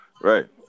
Right